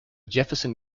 jefferson